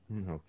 Okay